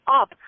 up